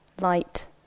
light